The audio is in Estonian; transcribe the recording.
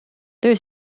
töö